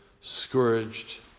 scourged